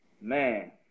Man